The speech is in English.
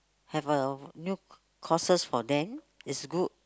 have a new courses for them is good